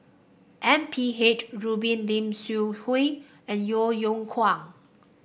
M P H Rubin Lim Seok Hui and Yeo Yeow Kwang